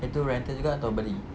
itu rental juga atau beli